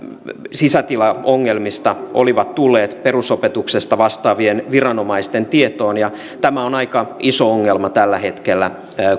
sisätilaongelmista olivat tulleet perusopetuksesta vastaavien viranomaisten tietoon ja tämä on aika iso ongelma tällä hetkellä